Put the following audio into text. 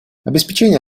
обеспечение